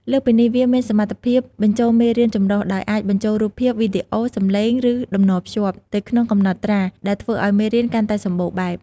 លើសពីនេះ វាមាន សមត្ថភាពបញ្ចូលមេរៀនចម្រុះ ដោយអាចបញ្ចូលរូបភាព វីដេអូ សំឡេង ឬតំណភ្ជាប់ ទៅក្នុងកំណត់ត្រា ដែលធ្វើឱ្យមេរៀនកាន់តែសម្បូរបែប។